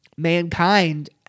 Mankind